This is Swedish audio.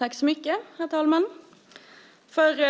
Herr talman! För